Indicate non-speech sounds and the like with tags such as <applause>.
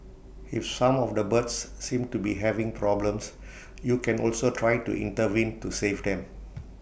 if some of the birds seem to be having problems you can also try to intervene to save them <noise>